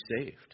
saved